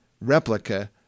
replica